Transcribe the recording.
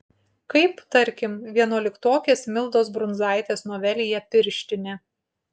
kaip tarkim vienuoliktokės mildos brunzaitės novelėje pirštinė